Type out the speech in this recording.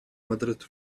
madrid